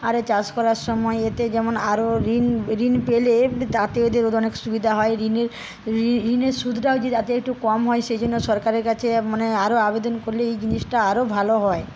আরে চাষ করার সময় এতে যেমন আরো ঋণ ঋণ পেলে তাতে এদের ও অনেক সুবিধে হয় ঋণের ঋনের সুদটা যাতে একটু কম হয় সেজন্য সরকারের কাছে মানে আরো আবেদন করলে এই জিনিসটা আরো ভালো হয়